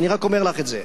אני רק אומר לך את זה.